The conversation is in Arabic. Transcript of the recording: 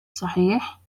صحيح